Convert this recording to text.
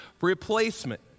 replacement